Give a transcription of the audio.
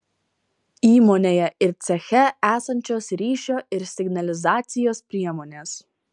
įmonėje ir ceche esančios ryšio ir signalizacijos priemonės